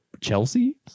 Chelsea